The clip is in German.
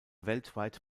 weltweit